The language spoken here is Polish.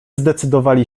zdecydowali